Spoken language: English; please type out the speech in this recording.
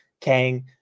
Kang